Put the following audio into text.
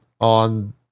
on